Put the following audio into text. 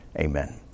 amen